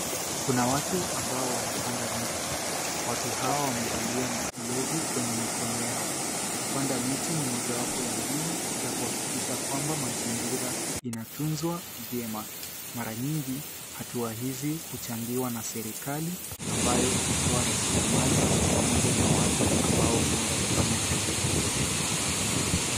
Kuna watu ambao wanapanda miti. Watu hawa wamevalia glovu kwenye mikono yao. Kupanda miti ni mojawapo ya mbinu za kuhakikisha kwamba mazingira inatunzwa vyema. Mara nyingi, hatua hizi huchangiwa na serikali ambayo hutoa rasilimali pamoja na watu ambao huenda kufanya kazi hizo.